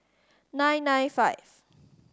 nine nine five